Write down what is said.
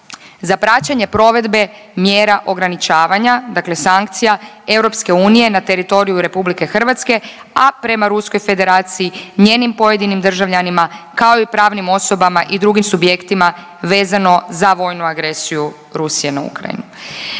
za praćenje provedbe mjera ograničavanja, dakle sankcija Europske unije na teritoriju RH, a prema Ruskoj federaciji, njenim pojedinim državljanima kao i pravnim osobama i drugim subjektima vezano za vojnu agresiju Rusije na Ukrajinu.